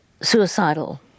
suicidal